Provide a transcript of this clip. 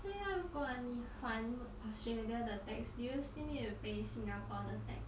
这样如果你还 australia 的 tax do you still need to pay singapore 的 tax